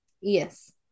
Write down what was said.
Yes